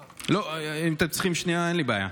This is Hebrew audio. לא, אם אתם צריכים שנייה אין לי בעיה.